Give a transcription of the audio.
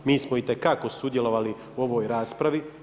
Mi smo itekako sudjelovali u ovoj raspravi.